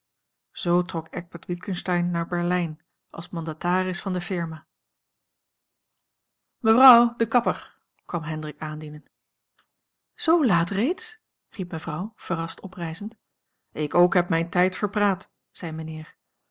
trok eckbert witgensteyn naar berlijn als mandataris van de firma mevrouw de kapper kwam hendrik aandienen zoo laat reeds riep mevrouw verrast oprijzend ik ook heb mijn tijd verpraat zei mijnheer